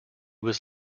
was